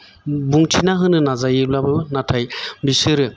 बुंथिना होनो नाजायोब्लाबो नाथाय बेसोरो